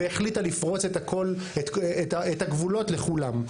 והחליטה לפרוץ את הגבולות לכולם,